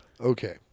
Okay